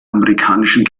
amerikanischen